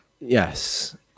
Yes